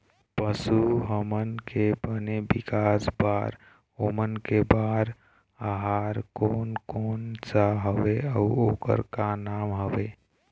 पशु हमन के बने विकास बार ओमन के बार आहार कोन कौन सा हवे अऊ ओकर का नाम हवे?